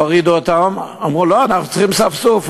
הורידו אותם, אמרו: לא, אנחנו צריכים ספסופה.